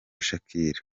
shakira